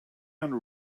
under